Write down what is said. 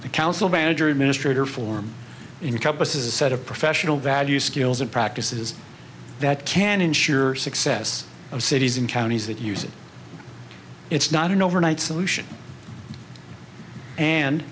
the council manager administrator form in cup as a set of professional values skills and practices that can ensure success of cities and counties that use it it's not an overnight solution and